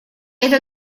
это